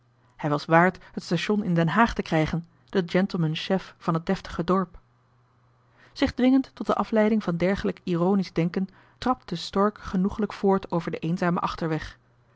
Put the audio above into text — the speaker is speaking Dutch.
hij was waard het station in den haag te krijgen de gentleman chef van het deftige dorp zich dwingend tot de afleiding van dergelijk ironisch denken trapte stork genoegelijk voort over den eenzamen achterweg